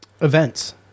Events